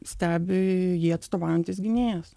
stebi jį atstovaujantis gynėjas